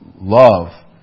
love